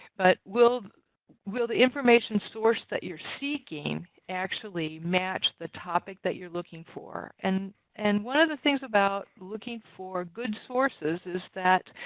but, will will the information sources that you're seeking actually match the topic that you're looking for and and one of the things about looking for good sources is that